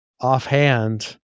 offhand